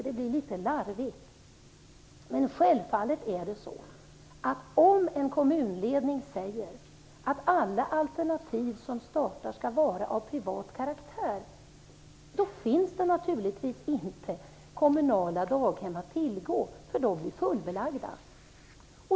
Det är självfallet så, att om en kommunledning säger att alla alternativ som startas skall vara av privat karaktär finns det inte kommunala daghem att tillgå, därför att de är fullbelagda.